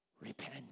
Repent